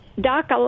Doc